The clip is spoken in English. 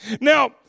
Now